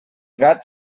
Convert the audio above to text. gat